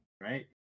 right